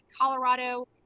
Colorado